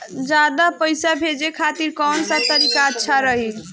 ज्यादा पईसा भेजे खातिर कौन सा तरीका अच्छा रही?